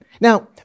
Now